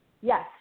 Yes